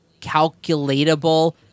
calculatable